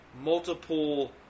multiple